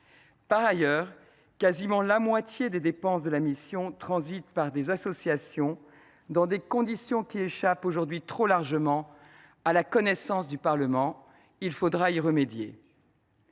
Par ailleurs, quasiment la moitié des dépenses de la mission transitent par des associations, dans des conditions qui échappent aujourd’hui trop largement à la connaissance du Parlement : il faudra y remédier.